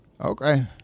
Okay